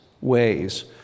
ways